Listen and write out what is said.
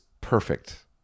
perfect